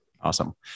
Awesome